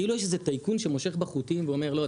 כאילו יש איזה טייקון שמושך בחוטים ואומר: לא,